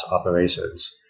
operations